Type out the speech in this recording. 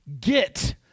get